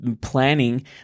planning